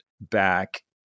back